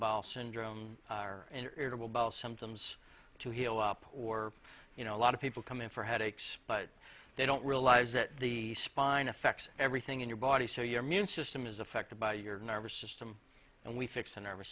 bowel syndrome and it will be all symptoms to heal up or you know a lot of people come in for headaches but they don't realize that the spine affects everything in your body so your immune system is affected by your nervous system and we fix a nervous